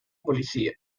policía